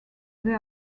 they